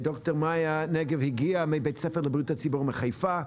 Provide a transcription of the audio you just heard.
ד"ר מיה נגב הגיעה מבית הספר לבריאות הציבור בחיפה.